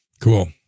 Cool